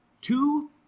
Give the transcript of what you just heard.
two